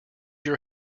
your